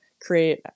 create